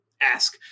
ask